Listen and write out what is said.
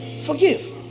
forgive